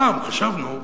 פעם חשבנו,